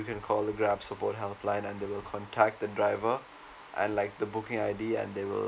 you can call the grab support helpline and they will contact the driver and like the booking I_D and they will